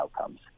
outcomes